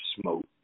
Smoke